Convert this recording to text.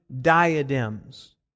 diadems